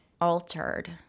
altered